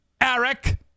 Eric